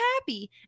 happy